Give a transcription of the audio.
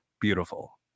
beautiful